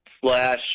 slash